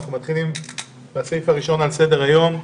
אנחנו מתחילים בסעיף הראשון שעל סדר היום: